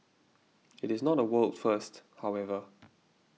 it is not a world first however